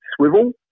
swivel